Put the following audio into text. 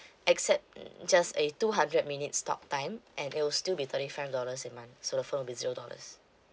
except um just a two hundred minutes talktime and it will still be thirty five dollars a month so the phone will be zero dollars